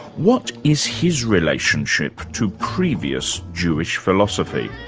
what is his relationship to previous jewish philosophy,